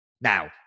Now